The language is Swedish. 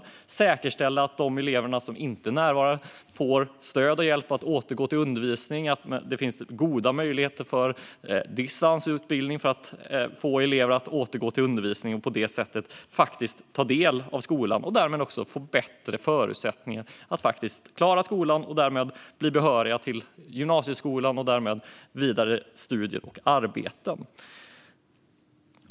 Vi behöver säkerställa att de elever som inte närvarar får stöd och hjälp att återgå till undervisning och att det finns goda möjligheter till distansutbildning för att få elever att återgå till undervisning och på det sättet ta del av skolan. På det sättet får de bättre förutsättningar att klara skolan och därmed bli behöriga till gymnasieskolan och därmed också till vidare studier och arbete.